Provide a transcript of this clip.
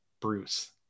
Bruce